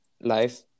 life